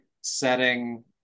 setting